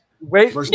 Wait